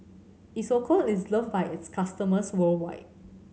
Isocal is loved by its customers worldwide